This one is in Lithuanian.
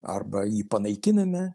arba jį panaikiname